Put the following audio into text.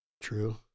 True